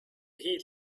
heat